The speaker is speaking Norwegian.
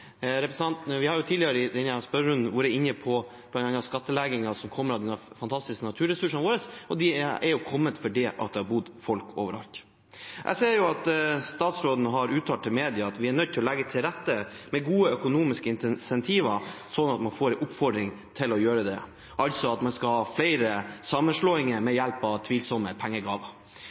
har tidligere i denne spørretimen vært inne på bl.a. skattleggingen som kommer av de fantastiske naturressursene våre, det er kommet fordi det har bodd folk over alt. Jeg ser at statsråden har uttalt til media at vi er nødt til å legge til rette med gode økonomiske incentiver sånn at man får en oppfordring til flere sammenslåinger – ved hjelp av tvilsomme pengegaver. Det